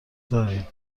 داریم